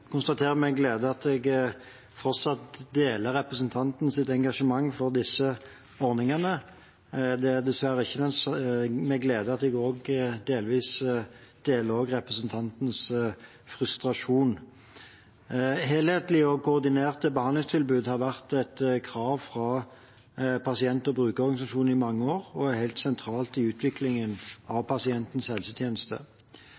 konstaterer med glede at jeg fortsatt deler representantens engasjement for disse ordningene. Det er dessverre ikke med glede at jeg også delvis deler representantens frustrasjon. Helhetlige og koordinerte behandlingstilbud har vært et krav fra pasient- og brukerorganisasjonene i mange år og er helt sentralt i utviklingen